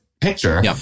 picture